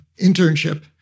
internship